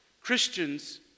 Christians